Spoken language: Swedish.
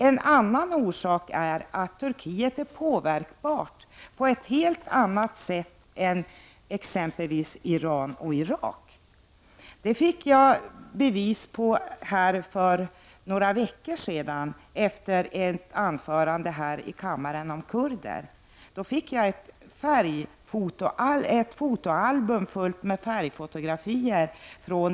En annan orsak är att Turkiet är påverkbart på ett helt annat sätt än exempelvis Iran och Irak. Det fick jag bevis på för några veckor sedan efter ett anförande här i kammaren om kurder. Då fick jag från den turkiska ambassaden ett fotoalbum fullt med färgfotografier.